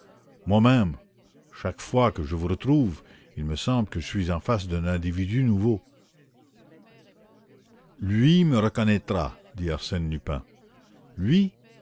moi-même chaque fois que je vous retrouve il me semble que je suis en face d'un individu nouveau lui me reconnaîtra dit arsène lupin lui